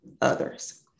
others